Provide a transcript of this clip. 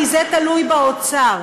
כי זה תלוי באוצר,